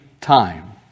time